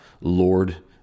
lord